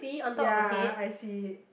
ya I I see it